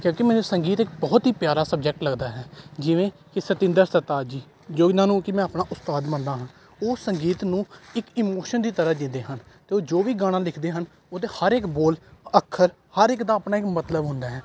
ਜਦਕਿ ਮੈਨੂੰ ਸੰਗੀਤ ਇੱਕ ਬਹੁਤ ਹੀ ਪਿਆਰਾ ਸਬਜੈਕਟ ਲੱਗਦਾ ਹੈ ਜਿਵੇਂ ਕਿ ਸਤਿੰਦਰ ਸਰਤਾਜ ਜੀ ਜੋ ਇਹਨਾਂ ਨੂੰ ਕਿ ਮੈਂ ਆਪਣਾ ਉਸਤਾਦ ਮੰਨਦਾ ਹਾਂ ਉਹ ਸੰਗੀਤ ਨੂੰ ਇੱਕ ਇਮੋਸ਼ਨ ਦੀ ਤਰ੍ਹਾਂ ਜੀਂਦੇ ਹਨ ਅਤੇ ਉਹ ਜੋ ਵੀ ਗਾਣਾ ਲਿਖਦੇ ਹਨ ਉਹਦੇ ਹਰ ਇੱਕ ਬੋਲ ਅੱਖਰ ਹਰ ਇੱਕ ਦਾ ਆਪਣਾ ਇੱਕ ਮਤਲਬ ਹੁੰਦਾ ਹੈ